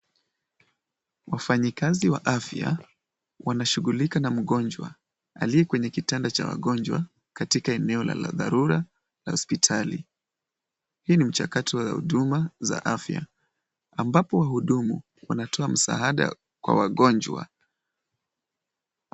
Wafanyikazi wa afya wanashughulika na mgonjwa aliye kwenye kitanda cha wagonjwa katika eneo la dharura hospitali. Hii ni mchakato wa huduma za afya ambapo wahudumu wanatoa msaada kwa wagonjwa.